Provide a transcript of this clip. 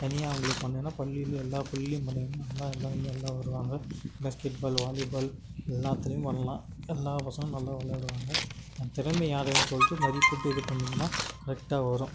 தனியாக உங்களுக்கு பண்ணுன்னா பள்ளியில் எல்லா பள்ளியையும் பண்ணிடணும் நல்லா எல்லோருமே நல்லா வருவாங்க பாஸ்கெட்பால் வாலிபால் எல்லாத்துலேயும் பண்ணலாம் எல்லா பசங்களும் நல்லா விளையாடுவாங்க திறமை யாருன்னு சொல்லிட்டு மதிப்பிட்டு இது பண்ணிங்கன்னா கரெக்டாக வரும்